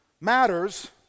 matters